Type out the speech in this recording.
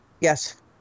Yes